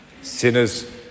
Sinners